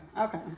okay